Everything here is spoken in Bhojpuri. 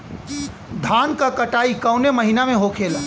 धान क कटाई कवने महीना में होखेला?